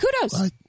Kudos